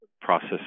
process